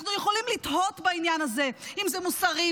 אנחנו יכולים לתהות בעניין הזה אם זה מוסרי,